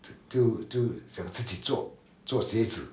就就想自己做做鞋子